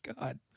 God